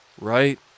right